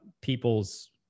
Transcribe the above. people's